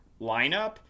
lineup